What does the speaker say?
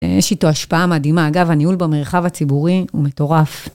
יש איתו השפעה מדהימה. אגב, הניהול במרחב הציבורי הוא מטורף.